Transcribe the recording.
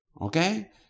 Okay